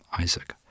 Isaac